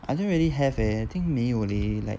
I didn't really have eh think 没有 leh like